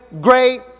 great